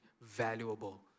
valuable